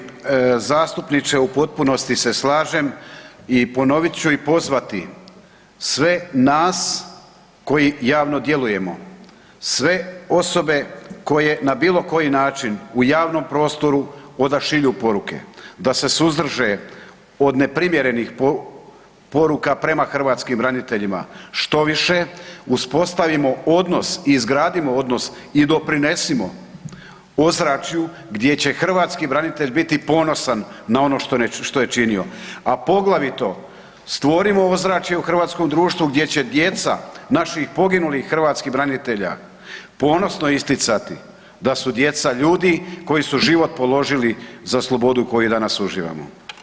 Hvala lijepo, poštovani zastupniče, u potpunosti se slažem i ponovit ću i pozvati sve nas, koji javno djelujemo, sve osobe koje na bilo koji način u javnom prostoru odašilju poruke da se suzdrže od neprimjerenih poruka prema hrvatskim braniteljima, štoviše uspostavimo odnos, izgradimo odnos i doprinesimo ozračju gdje će hrvatski branitelj biti ponosan na ono što je činio, a poglavito stvorimo ozračje u hrvatskom društvu gdje će djeca naših poginulih hrvatskih branitelja ponosno isticati da su djeca ljudi koji su život položili za slobodu koju danas uživamo.